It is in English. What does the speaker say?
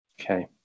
Okay